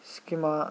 सिक्किमा